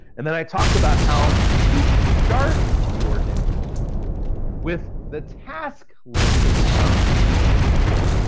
and then i talked about how you start your day with the task list that you found the day before.